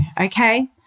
okay